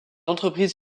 entreprise